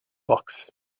box